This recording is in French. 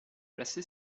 placé